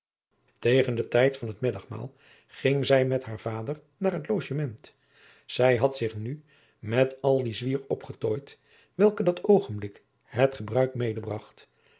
tegen den tijd van het middagmaal ging zij met haar vader naar het logement zij had zich nu met al dien zwier opgetooid welke dat oogenblik het gebruik